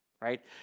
right